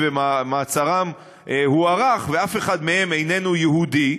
ומעצרם הוארך ואף אחד מהם איננו יהודי,